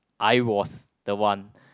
I was the one